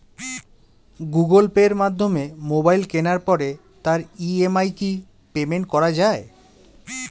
Google পের মাধ্যমে mobile কেনার পরে তার ই.এম.আই কি পেমেন্ট করা যায়?